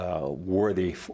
worthy